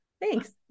Thanks